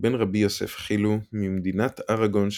ב"ר יוסף חילו, ממדינת ארגון שבספרד,